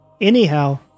Anyhow